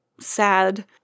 sad